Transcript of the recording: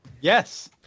Yes